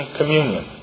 communion